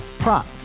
Prop